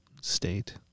state